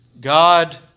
God